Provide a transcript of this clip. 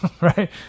right